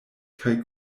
kaj